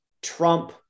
trump